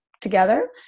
together